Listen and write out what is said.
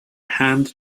hand